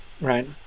right